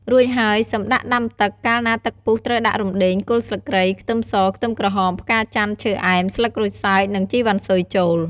រួចហើយសិមដាក់ដាំទឹក កាលណាទឹកពុះត្រូវដាក់រំដេង គល់ស្លឹកគ្រៃ ខ្ទឹមស ខ្ទឹមក្រហម ផ្កាចន្ទន៍ ឈើអែម ស្លឹកក្រូចសើច និង ជីវ៉ាន់ស៊ុយចូល។